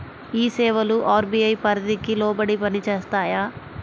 ఈ సేవలు అర్.బీ.ఐ పరిధికి లోబడి పని చేస్తాయా?